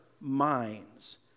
minds